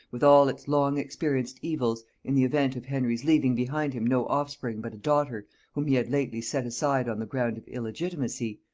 with all its long-experienced evils, in the event of henry's leaving behind him no offspring but a daughter whom he had lately set aside on the ground of illegitimacy,